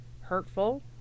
hurtful